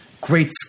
great